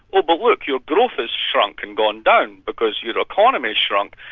oh, but look, your growth is shrunk and gone down, because your economy's shrunk,